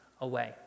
away